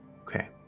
Okay